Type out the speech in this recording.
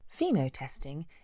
Phenotesting